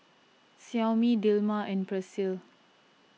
Xiaomi Dilmah and Persil